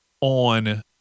on